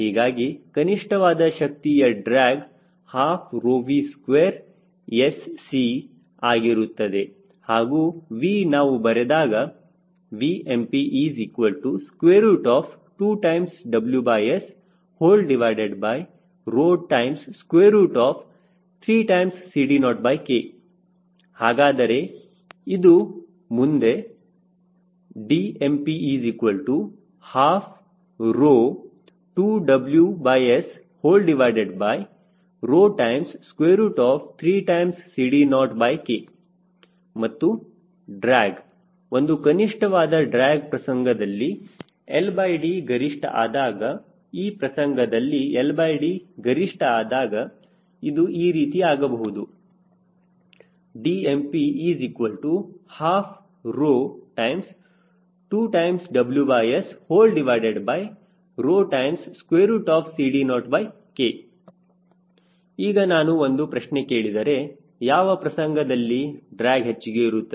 ಹೀಗಾಗಿ ಕನಿಷ್ಠವಾದ ಶಕ್ತಿಯ ಡ್ರ್ಯಾಗ್ ½𝜌𝑉2𝑆𝐶 ಆಗಿರುತ್ತದೆ ಹಾಗೂ V ನಾವು ಬರೆದಾಗ Vmp2WS 3 CD0K ಹಾಗಾದರೆ ಇದು ಮುಂದೆ Dmp122WS3CD0K ಮತ್ತು ಡ್ರ್ಯಾಗ್ ಒಂದು ಕನಿಷ್ಠವಾದ ಡ್ರ್ಯಾಗ್ ಪ್ರಸಂಗದಲ್ಲಿ LD ಗರಿಷ್ಠ ಆದಾಗ ಈ ಪ್ರಸಂಗದಲ್ಲಿ LD ಗರಿಷ್ಠ ಆದಾಗ ಅದು ಈ ರೀತಿ ಆಗಬಹುದು Dmp122WSCD0K ಈಗ ನಾನು ಒಂದು ಪ್ರಶ್ನೆ ಕೇಳಿದರೆ ಯಾವ ಪ್ರಸಂಗದಲ್ಲಿ ಡ್ರ್ಯಾಗ್ ಹೆಚ್ಚಿಗೆ ಇರುತ್ತದೆ